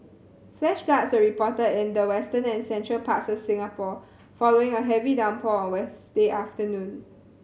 flash floods were reported in the western and central parts of Singapore following a heavy downpour on Wednesday afternoon